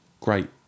great